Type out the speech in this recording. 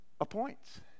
appoints